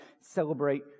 celebrate